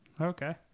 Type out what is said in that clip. Okay